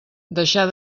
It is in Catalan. deixar